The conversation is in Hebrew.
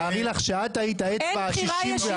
תארי לך שאתה היית האצבע ה-61